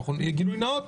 גילוי נאות.